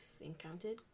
encountered